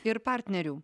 ir partnerių